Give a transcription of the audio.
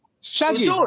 Shaggy